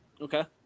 Okay